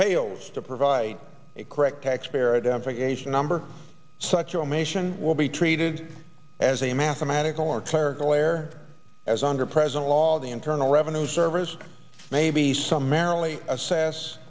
fails to provide a correct taxpayer identification number such omission will be treated as a mathematical or clerical error as under present law the internal revenue service maybe some